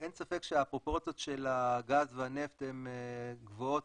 אין ספק שהפרופורציות של הגז והנפט הן גבוהות